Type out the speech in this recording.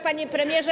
Panie Premierze!